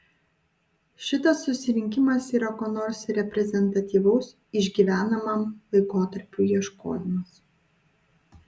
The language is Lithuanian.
šitas susirinkimas yra ko nors reprezentatyvaus išgyvenamam laikotarpiui ieškojimas